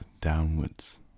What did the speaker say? downwards